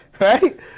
right